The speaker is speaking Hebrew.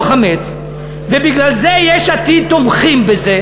חמץ ובגלל זה יש עתיד תומכים בזה,